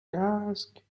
casques